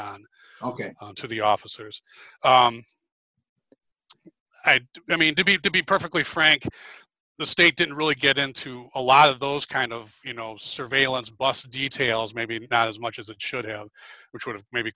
on to the officers i mean to be to be perfectly frank the state didn't really get into a lot of those kind of you know surveillance bust details maybe not as much as it should have which would have maybe